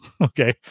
okay